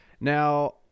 Now